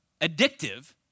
addictive